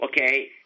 okay